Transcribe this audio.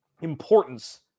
importance